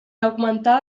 augmentar